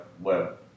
web